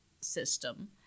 system